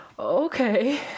Okay